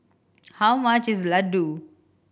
how much is Ladoo